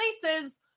places